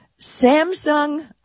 Samsung